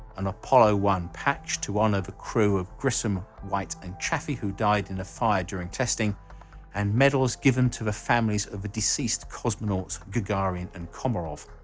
an apollo one patch to honor the crew of grissom, white and chaffey who died in a fire during testing and medals given to the families of the deceased cosmonauts gagarin and komarov.